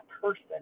person